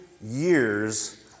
years